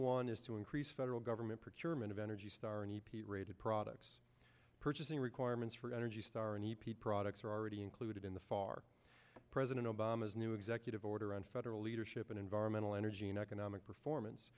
one is to increase federal government procurement of energy star and e p rated products purchasing requirements for energy star and e p products are already included in the far president obama's new executive order on federal leadership in environmental energy and economic performance